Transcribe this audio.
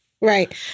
Right